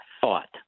thought